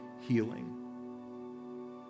healing